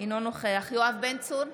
אינו נוכח יואב בן צור,